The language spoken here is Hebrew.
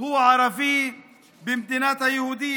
הוא ערבי במדינת היהודים.